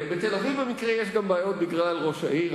בתל-אביב, במקרה, יש גם בעיות בגלל ראש העיר.